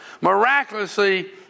Miraculously